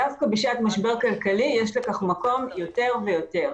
דווקא בשעת משבר כלכלי יש לכך מקום יותר ויותר.